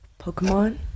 Pokemon